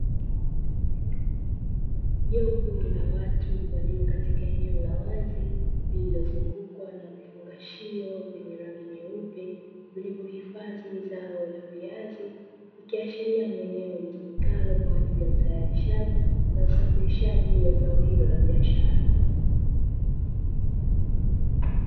Jopo la watu walio katika eneo la wazi lililozungukwa na vifungashio vyenye rangi nyeupe vilivyohifadhi zao la viazi, vikiashiria ni eneo litumikalo kwa ajili ya utayarishaji na usafirishaji wa zao hilo la biashara.